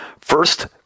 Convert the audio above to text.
First